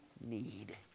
need